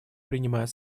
принимает